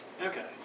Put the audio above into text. Okay